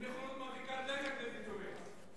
עם נכונות מרחיקת לכת לוויתורים,